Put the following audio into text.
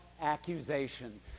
accusation